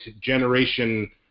Generation